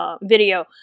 video